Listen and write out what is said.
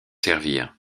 servir